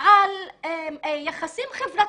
על יחסים חברתיים,